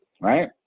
right